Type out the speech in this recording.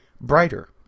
brighter